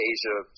Asia